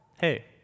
Hey